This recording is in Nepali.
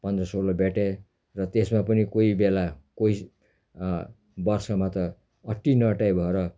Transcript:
पन्ध्र सोह्र बेडे र त्यसमा पनि कोही बेला कोही वर्षमा त अटी नअटाई भएर